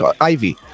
ivy